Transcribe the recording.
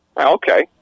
Okay